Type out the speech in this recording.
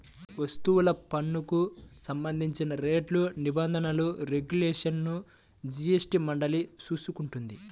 వస్తుసేవల పన్నుకు సంబంధించిన రేట్లు, నిబంధనలు, రెగ్యులేషన్లను జీఎస్టీ మండలి చూసుకుంటుంది